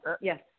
Yes